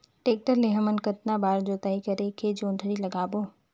Tractor ले हमन कतना बार जोताई करेके जोंदरी लगाबो?